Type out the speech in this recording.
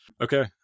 Okay